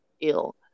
ill